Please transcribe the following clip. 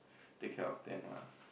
take care of them lah